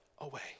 away